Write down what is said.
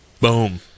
Boom